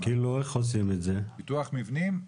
ביטוח מבנים,